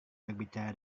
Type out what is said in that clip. berbicara